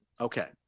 Okay